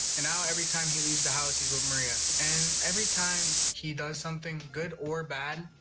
and now, every time he leaves the house, he's with maria. and everytime he does something, good or bad,